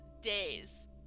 days